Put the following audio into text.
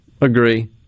Agree